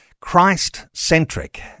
Christ-centric